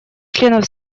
членов